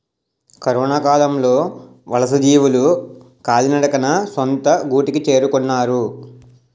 కరొనకాలంలో వలసజీవులు కాలినడకన సొంత గూటికి చేరుకున్నారు